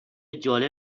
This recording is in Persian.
جالبه